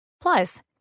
Plus